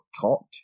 taught